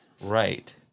Right